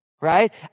Right